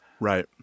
Right